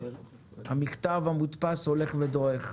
המכתב המודפס הולך ודועך,